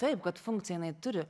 taip kad funkciją jinai turi